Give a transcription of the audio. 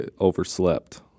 overslept